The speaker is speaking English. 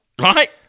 right